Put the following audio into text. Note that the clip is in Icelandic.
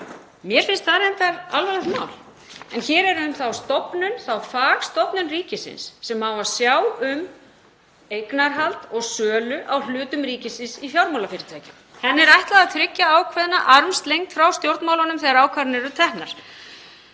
Mér finnst það reyndar alvarlegt mál, en hér er um að ræða þá fagstofnun ríkisins sem á að sjá um eignarhald og sölu á hlutum ríkisins í fjármálafyrirtækjum. Henni er ætlað að tryggja ákveðna armslengd frá stjórnmálunum þegar ákvarðanir eru teknar.